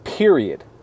Period